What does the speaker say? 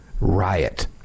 riot